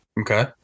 Okay